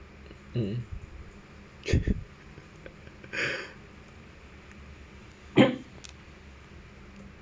mm